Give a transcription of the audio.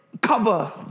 cover